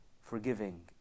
forgiving